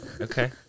Okay